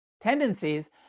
tendencies